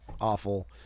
awful